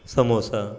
samosa